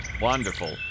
Wonderful